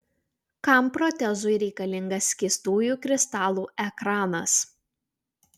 kam protezui reikalingas skystųjų kristalų ekranas